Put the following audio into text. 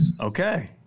okay